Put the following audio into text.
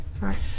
right